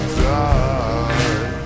die